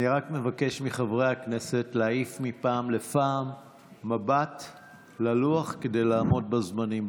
אני רק מבקש מחברי הכנסת להעיף מבט ללוח מפעם לפעם כדי לעמוד בזמנים,